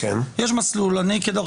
אני מאוד